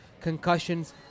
concussions